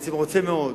בעצם רוצה מאוד,